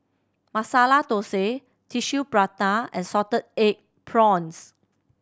Masala Thosai Tissue Prata and salted egg prawns